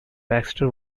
baxter